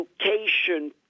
education